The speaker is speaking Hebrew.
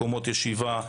מקומות ישיבה,